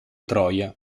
troia